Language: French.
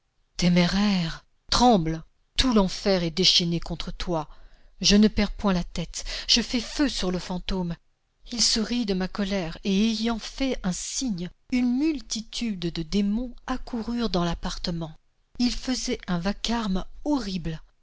téméraire tremble tout l'enfer est déchaîné contre toi je ne perds point la tête je fais feu sur le fantôme il se rit de ma colère et ayant fait un signe une multitude de démons accoururent dans l'appartement ils faisaient un vacarme horrible